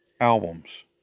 albums